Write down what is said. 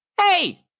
Hey